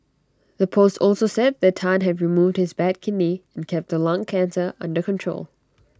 the post also said that Tan had removed his bad kidney and kept the lung cancer under control